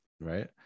right